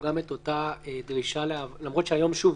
גם את אותה דרישה למרות שהיום שוב,